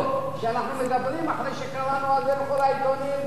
רציתי להסביר לו שאנחנו מדברים אחרי שקראנו על זה בכל העיתונים,